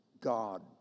God